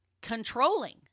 controlling